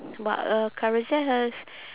but uh Carousel have